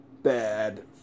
bad